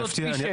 פרויקטים.